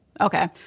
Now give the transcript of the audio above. Okay